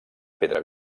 pedra